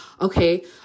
okay